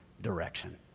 direction